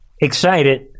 excited